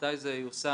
מתי זה ייושם,